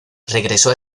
regresó